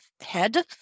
head